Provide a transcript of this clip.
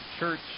Church